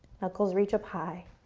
knuckles reach up high,